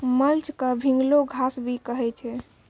mulch क भींगलो घास भी कहै छै